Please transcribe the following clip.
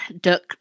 Duck